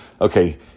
okay